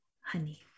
honey